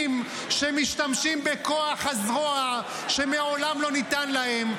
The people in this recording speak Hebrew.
שמשתמשים בכוח הזרוע שמעולם לא ניתן להם.